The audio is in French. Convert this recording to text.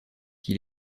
qui